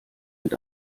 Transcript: mit